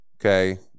Okay